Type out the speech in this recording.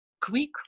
quick